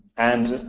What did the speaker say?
and